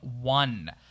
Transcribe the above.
one